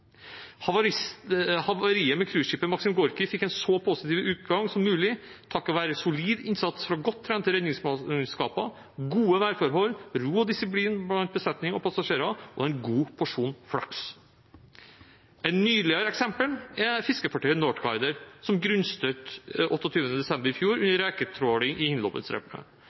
Havariet med cruiseskipet «Maksim Gorkiy» fikk en så positiv utgang som mulig takket være solid innsats fra godt trente redningsmannskaper, gode værforhold, ro og disiplin blant besetning og passasjerer og en god porsjon flaks. Et mer nylig eksempel er fiskefartøyet «Northguider», som grunnstøtte 28. desember i fjor under reketråling i